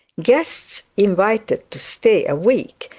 guests invited to stay a week,